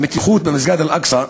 המתיחות במסגד אל-אקצא,